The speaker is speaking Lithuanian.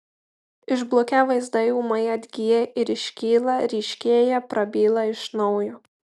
išblukę vaizdai ūmai atgyja ir iškyla ryškėja prabyla iš naujo